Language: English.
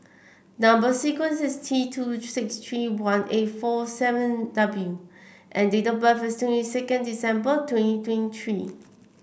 number sequence is T two six three one eight four seven W and date of birth is twenty second December twenty twenty three